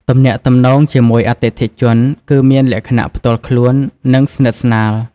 ទំនាក់ទំនងជាមួយអតិថិជនគឺមានលក្ខណៈផ្ទាល់ខ្លួន និងស្និទ្ធស្នាល។